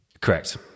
Correct